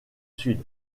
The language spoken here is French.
sud